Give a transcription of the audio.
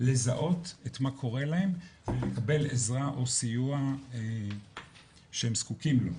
לזהות את מה קורה להם ולקבל עזרה או סיוע שהם זקוקים לו,